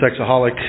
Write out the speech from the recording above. sexaholic